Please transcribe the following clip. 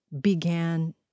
began